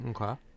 Okay